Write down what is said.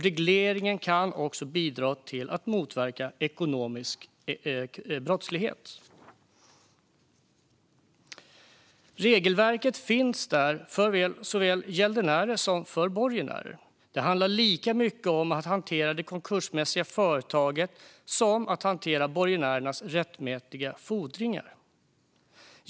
Regleringen kan också bidra till att motverka ekonomisk brottslighet. Regelverket finns där för såväl gäldenärer som borgenärer. Det handlar lika mycket om att hantera det konkursmässiga företaget som att hantera borgenärernas rättmätiga fodringar.